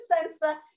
sensor